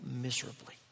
miserably